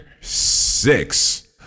six